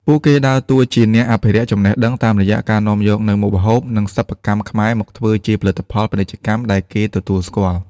ពួកគេដើរតួជាអ្នកអភិរក្សចំណេះដឹងតាមរយៈការនាំយកនូវមុខម្ហូប និងសិប្បកម្មខ្មែរមកធ្វើជាផលិតផលពាណិជ្ជកម្មដែលគេទទួលស្គាល់។